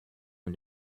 und